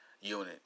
unit